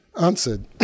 answered